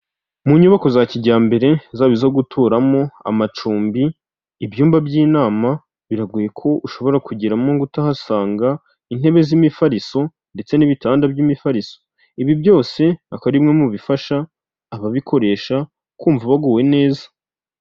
Mu nyubako za kijyambere zaba izo guturamo, amacumbi, ibyumba by'inama, biragoye ko ushobora kugeramo ngo utahasanga intebe z'imifariso ndetse n'ibitanda by'imifariso, ibi byose akaba ari bimwe mu bifasha ababikoresha kumva baguwe neza.